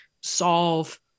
solve